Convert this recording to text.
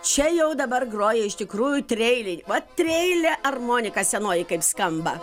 čia jau dabar groja iš tikrųjų trieiliai va trieilė armonika senoji kaip skamba